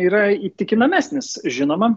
yra įtikinamesnis žinoma